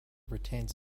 retains